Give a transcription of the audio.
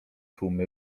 tłumy